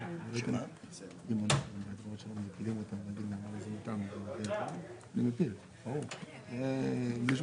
הכוונה היתה שאם יוכנסו תיקונים, זה יובא גם